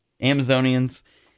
Amazonians